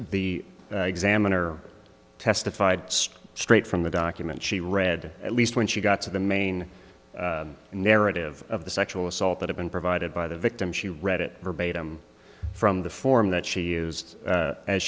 the examiner testified sed straight from the document she read at least when she got to the main narrative of the sexual assault that have been provided by the victim she read it verbatim from the form that she